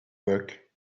work